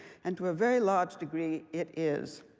and to a very large degree, it is.